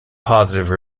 positive